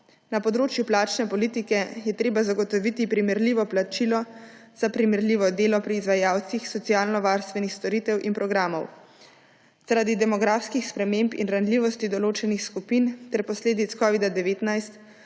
Na področju plačne politike je treba zagotoviti primerljivo plačilo za primerljivo delo pri izvajalcih socialnovarstvenih storitev in programov. Zaradi demografskih sprememb in ranljivosti določenih skupin ter posledic covida-19